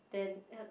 then uh